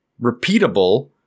repeatable